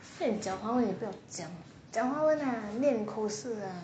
叫你讲华文你不要讲讲华文 lah 念口试 lah